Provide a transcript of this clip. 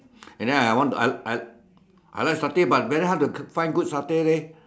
and then I want to I I I I like satay but very hard to find good satay leh